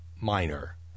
minor